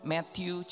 Matthew